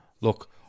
look